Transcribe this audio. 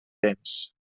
temps